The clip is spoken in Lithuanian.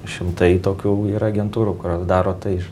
šimtai tokių yra agentūrų kurios daro tai